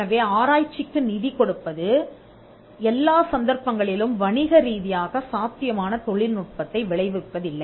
எனவே ஆராய்ச்சிக்கு நிதி கொடுப்பது எல்லா சந்தர்ப்பங்களிலும் வணிகரீதியாக சாத்தியமான தொழில்நுட்பத்தை விளைவிப்பதில்லை